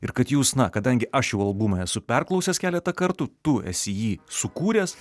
ir kad jūs na kadangi aš jau albumą esu perklausęs keletą kartų tu esi jį sukūręs